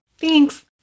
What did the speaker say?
Thanks